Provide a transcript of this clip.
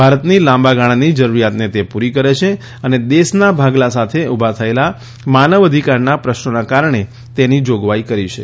ભારતની લાંબાગાળાની જરૂરિયાતને તે પૂરી કરે છે અને દેશના ભાગલા સાથે ઉભા થયેલા માનવઅધિકારના પ્રશ્નોના કારણે તેની જોગવાઇ કરી છે